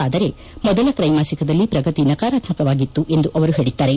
ಆದರೆ ಮೊದಲ ತ್ರೈಮಾಸಿಕದಲ್ಲಿ ಪ್ರಗತಿ ನಕಾರಾತ್ಮಕವಾಗಿತ್ತು ಎಂದು ಅವರು ಹೇಳಿದ್ದಾರೆ